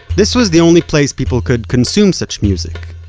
this was the only place people could consume such music,